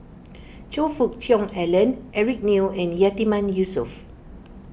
Choe Fook Cheong Alan Eric Neo and Yatiman Yusof